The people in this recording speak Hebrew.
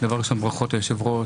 דבר ראשון, ברכות ליושב-ראש.